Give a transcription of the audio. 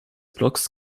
blocks